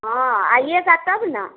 हाँ आइएगा तब ना